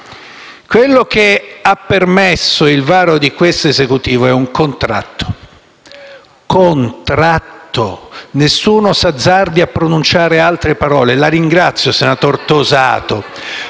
quello che ha permesso il varo di questo Esecutivo è un contratto. Ripeto: contratto. Nessuno si azzardi a pronunciare altre parole. La ringrazio, senatore Tosato.